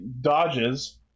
dodges